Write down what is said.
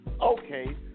Okay